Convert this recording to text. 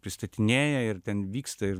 pristatinėja ir ten vyksta ir